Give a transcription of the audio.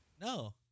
No